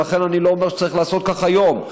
ולכן אני לא אומר שצריך לעשות כך היום.